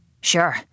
Sure